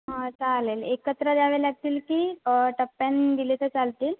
हां चालेल एकत्र द्यावे लागतील की टप्प्याने दिले तर चालतील